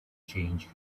change